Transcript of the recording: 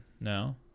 now